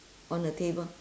on the table